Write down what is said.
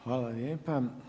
Hvala lijepa.